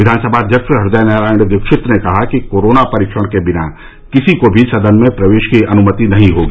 विधानसभा अध्यक्ष हृदय नारायण दीक्षित ने कहा कि कोरोना परीक्षण के बिना किसी को भी सदन में प्रवेश की अनुमति नहीं होगी